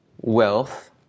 wealth